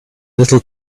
little